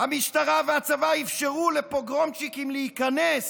המשטרה והצבא אפשרו לפוגרומצ'יקים להיכנס